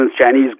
Chinese